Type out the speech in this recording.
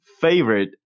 favorite